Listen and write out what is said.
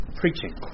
preaching